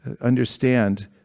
understand